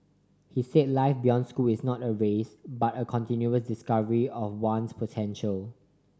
he said life beyond school is not a race but a continuous discovery of one's potential